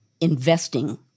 investing